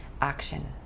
action